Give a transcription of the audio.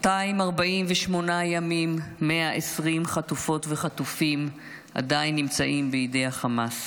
248 ימים 120 חטופות וחטופים עדיין נמצאים בידי החמאס.